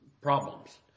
problems